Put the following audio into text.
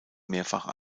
mehrfach